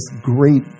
great